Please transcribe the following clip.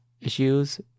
issues